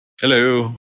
Hello